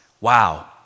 wow